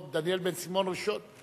דניאל בן-סימון ראשון?